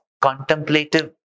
contemplative